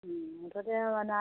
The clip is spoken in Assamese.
মুঠতে আৰু নাই